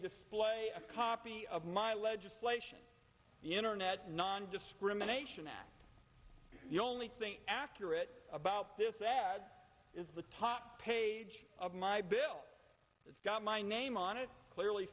display a copy of my legislation the internet nondiscrimination act the only thing accurate about this ad is the top page of my bill that's got my name on it clearly